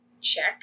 Check